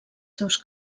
seus